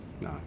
no